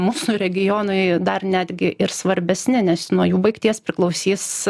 mūsų regionai dar netgi ir svarbesni nes nuo jų baigties priklausys